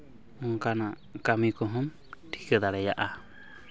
ᱚᱱᱠᱟᱱᱟᱜ ᱠᱟᱹᱢᱤ ᱠᱚᱦᱚᱸᱢ ᱴᱷᱤᱠᱟᱹ ᱫᱟᱲᱮᱭᱟᱜᱼᱟ